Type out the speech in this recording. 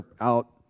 out